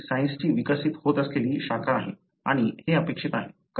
ही सायन्सची विकसित होत असलेली शाखा आहे आणि हे अपेक्षित आहे